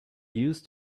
used